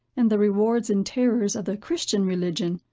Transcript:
and the rewards and terrors of the christian religion,